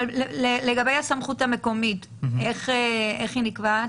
אבל לגבי הסמכות המקומית, איך היא נקבעת?